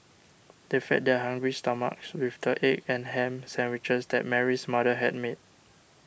they fed their hungry stomachs with the egg and ham sandwiches that Mary's mother had made